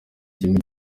kimwe